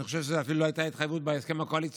ואני חושב שזאת אפילו לא הייתה התחייבות בהסכם הקואליציוני,